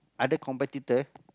other competitor